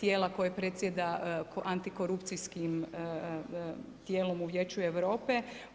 tijela koje predsjeda antikorupcijskim tijelom u Vijeću Europe.